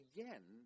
Again